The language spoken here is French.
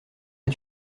est